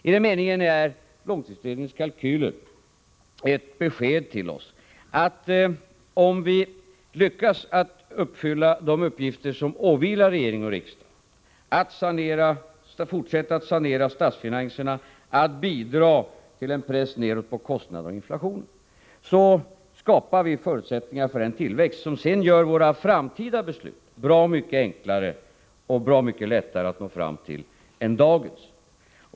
I den meningen innebär långtidsutredningens kalkyler ett besked till oss att om vi lyckas att uppfylla de uppgifter som åvilar regering och riksdag, att fortsätta att sanera statsfinanserna och bidra till en press nedåt på kostnaderna och inflationen, skapar vi förutsättningar för en tillväxt som sedan gör våra framtida beslut bra mycket enklare och bra mycket lättare att nå fram till än dagens.